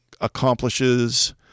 accomplishes